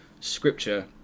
scripture